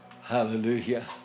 Hallelujah